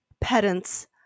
pedant's